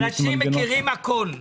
אנשים מכירים הכול.